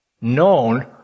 known